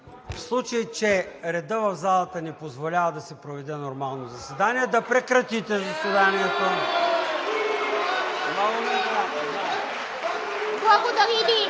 В случай че редът в залата не позволява да се проведе нормално заседание, да прекратите заседанието. (Силен шум и